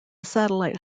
satellite